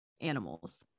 animals